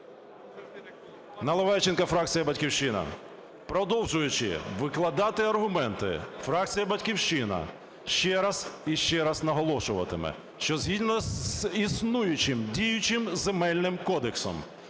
Наливайченко, фракція "Батьківщина". Продовжуючи викладати аргументи, фракція "Батьківщина" ще раз і ще раз наголошуватиме, що згідно з існуючим діючим Земельним кодексом